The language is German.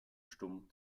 stumm